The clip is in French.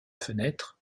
fenêtre